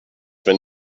wenn